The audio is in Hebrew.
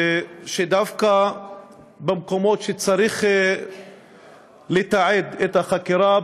שדווקא במקומות שצריך לתעד את החקירה,